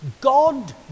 God